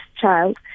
child